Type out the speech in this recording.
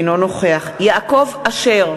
אינו נוכח יעקב אשר,